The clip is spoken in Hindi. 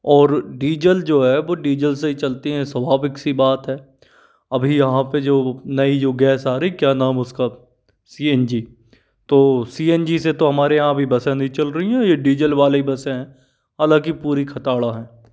और डीजल जो है वो डीजल से ही चलती हैं स्वाभाविक सी बात है अभी यहाँ पे जो नई जो गैस आ रही क्या नाम है उसका सी एन जी तो सी एन जी से तो हमारे यहाँ अभी बसें नहीं चल रही हैं ये डीजल सी एन जी वाली बसें हैं हालाकि पूरी खाताड़ा हैं